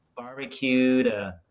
Barbecued